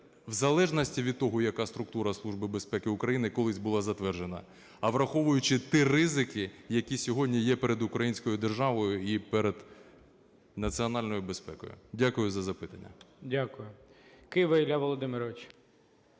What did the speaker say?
в залежності від того, яка структура Служби безпеки України колись була затверджена, а враховуючи ті ризики, які сьогодні є перед українською державою і перед національною безпекою. Дякую за запитання. ГОЛОВУЮЧИЙ. Дякую. Кива Ілля Володимирович.